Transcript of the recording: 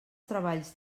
treballs